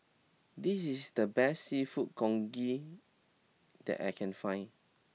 this is the best Seafood Congee that I can find